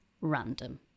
random